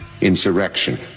Insurrection